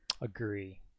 Agree